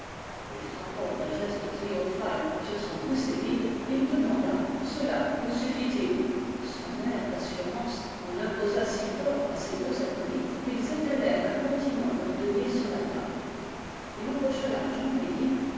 et frappant d'un geste triomphal sur son gousset vide il demanda cela vous suffit-il son air d'assurance en imposa si fort à ses deux acolytes qu'ils étalèrent incontinent leurs deniers sur la table il empocha l'argent et dit